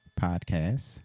Podcasts